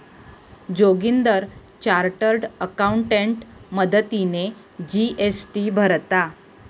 Joginder chartered accountant मदतीने GST भरता